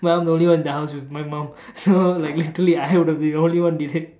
no I'm the only one in the house with my mum so like literally I would have been the only one did it